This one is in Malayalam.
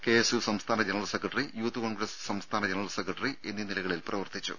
കെ എസ് യു സംസ്ഥാന ജനറൽ സെക്രട്ടറി യൂത്ത് കോൺഗ്രസ് സംസ്ഥാന ജനറൽ സെക്രട്ടറിഎന്നീ നിലകളിൽ പ്രവർത്തിച്ചു